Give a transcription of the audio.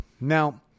Now